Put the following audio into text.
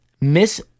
Miss